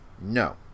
No